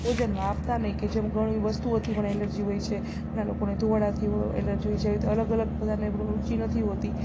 ભોજનમાં આપતા નહીં કે જેમ ઘણી વસ્તુઓથી મને એલર્જિ હોય છે ઘણા લોકોને ધુમાડાથી એલર્જિ હોય છે એ રીતે અલગ અલગ બધાને રુચિ નથી હોતી